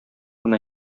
менә